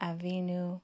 Avinu